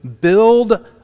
build